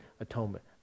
atonement